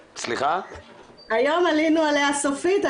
היום עלינו עליה סופית,